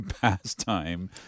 pastime